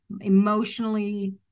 emotionally